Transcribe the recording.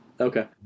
Okay